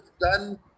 done